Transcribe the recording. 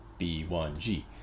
b1g